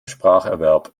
spracherwerb